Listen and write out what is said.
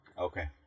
Okay